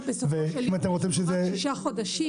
לא, בסופו של יום יש לנו רק שישה חודשים.